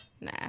Nah